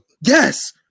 Yes